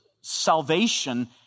salvation